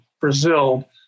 Brazil